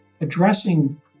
addressing